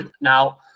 Now